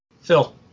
Phil